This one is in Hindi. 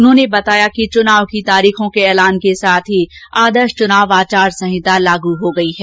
उन्होंने बताया कि चुनाव की तारीख के ऐलान के साथ ही आदर्श चुनाव आचार संहिता लागू हो गई है